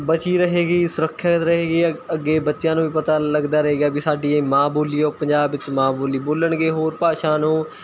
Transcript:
ਬਚੀ ਰਹੇਗੀ ਸੁਰੱਖਿਅਤ ਰਹੇਗੀ ਅ ਅੱਗੇ ਬੱਚਿਆ ਨੂੰ ਵੀ ਪਤਾ ਲੱਗਦਾ ਰਹੇਗਾ ਵੀ ਸਾਡੀ ਇਹ ਮਾਂ ਬੋਲੀ ਹੈ ਉਹ ਪੰਜਾਬ ਵਿੱਚ ਮਾਂ ਬੋਲੀ ਬੋਲਣਗੇ ਹੋਰ ਭਾਸ਼ਾ ਨੂੰ